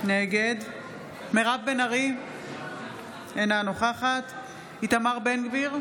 נגד מירב בן ארי, אינה נוכחת איתמר בן גביר,